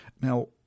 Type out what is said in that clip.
Now